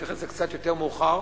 ואני אתייחס לזה קצת יותר מאוחר,